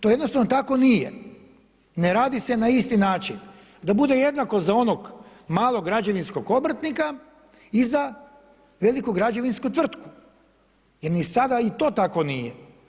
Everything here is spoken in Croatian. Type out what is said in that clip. To jednostavno tako nije, ne radi se na isti način, da bude jednako za onog malog građevinskog obrtnika i za veliku građevinsku tvrtku jer ni sada i to tako nije.